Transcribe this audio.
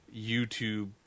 YouTube